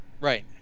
Right